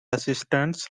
assistants